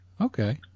Okay